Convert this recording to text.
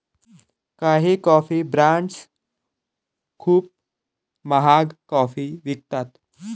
काही coffee brands खूप महाग कॉफी विकतात